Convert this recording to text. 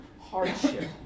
hardship